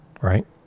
right